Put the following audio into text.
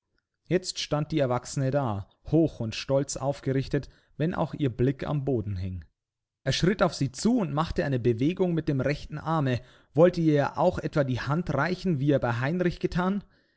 jetzt stand die erwachsene da hoch und stolz aufgerichtet wenn auch ihr blick am boden hing er schritt auf sie zu und machte eine bewegung mit dem rechten arme wollte er ihr auch etwa die hand reichen wie er bei heinrich gethan